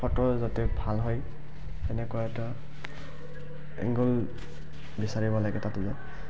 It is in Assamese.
ফটো যাতে ভাল হয় সেনেকুৱা এটা এংগল বিচাৰিব লাগে তাতো যায়